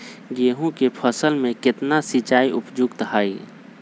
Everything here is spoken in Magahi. गेंहू के फसल में केतना सिंचाई उपयुक्त हाइ?